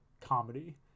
comedy